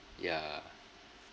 ya